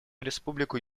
республику